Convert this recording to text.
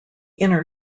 inner